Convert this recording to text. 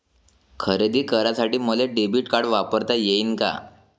खरेदी करासाठी मले डेबिट कार्ड वापरता येईन का?